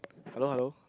hello hello